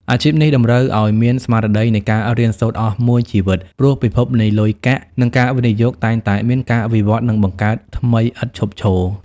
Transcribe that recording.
អាជីពនេះតម្រូវឱ្យមានស្មារតីនៃការរៀនសូត្រអស់មួយជីវិត ព្រោះពិភពនៃលុយកាក់ និងការវិនិយោគតែងតែមានការវិវត្តន៍ និងបង្កើតថ្មីឥតឈប់ឈរ។